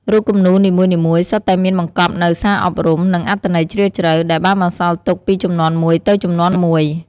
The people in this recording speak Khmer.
រូបគំនូរនីមួយៗសុទ្ធតែមានបង្កប់នូវសារអប់រំ និងអត្ថន័យជ្រាលជ្រៅ ដែលបានបន្សល់ទុកពីជំនាន់មួយទៅជំនាន់មួយ។